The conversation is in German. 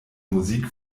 musik